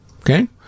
Okay